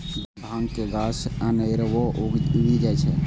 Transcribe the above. भांग के गाछ अनेरबो उगि जाइ छै